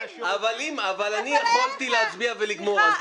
יכולתי להצביע ולסיים.